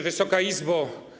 Wysoka Izbo!